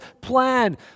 plan